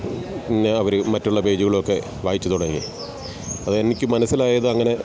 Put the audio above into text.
പിന്നെ അവർ മറ്റുള്ള പേജുകളൊക്കെ വായിച്ചു തുടങ്ങി അതെനിക്ക് മനസ്സിലായത് അങ്ങനെ